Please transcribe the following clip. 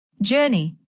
journey